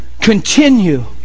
continue